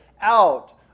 out